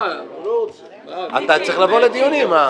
אתה צריך לבוא לדיונים.